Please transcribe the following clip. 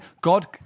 God